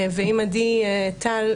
ואם עדי טל,